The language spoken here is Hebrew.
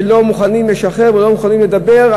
שלא מוכנים לשחרר ולא מוכנים לדבר,